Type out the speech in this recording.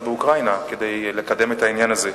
באוקראינה כדי לקדם את העניין הזה.